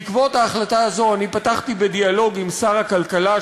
בעקבות ההחלטה הזו אני פתחתי בדיאלוג עם שר הכלכלה,